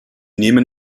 nehmen